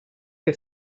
che